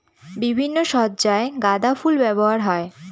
বিভিন্ন সজ্জায় গাঁদা ফুল ব্যবহার হয়